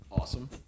Awesome